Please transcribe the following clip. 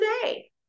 today